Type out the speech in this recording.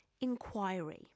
Inquiry